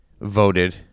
voted